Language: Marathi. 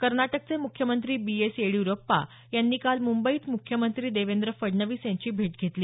कर्नाटकचे मुख्यमंत्री बी एस येडियुरप्पा यांनी काल मुंबईत मुख्यमंत्री देवेंद्र फडणवीस यांची भेट घेतली